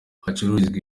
hacururizwa